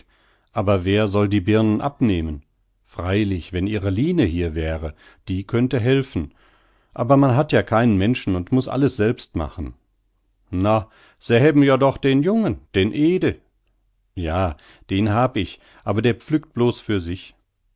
aber wer soll die birnen abnehmen freilich wenn ihre line hier wäre die könnte helfen aber man hat ja keinen menschen und muß alles selbst machen na se hebben joa doch den jungen den ede ja den hab ich aber der pflückt blos für sich